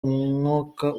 umwaka